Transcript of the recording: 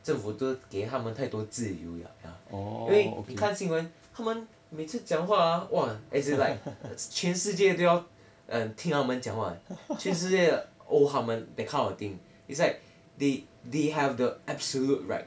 政府都给他们太多自由了 ya 因为你看新闻他们每次讲话啊哇 as in like 全世界都要 um 听他们讲话全世界的 owe 他们 that kind of thing it's like they they have the absolute right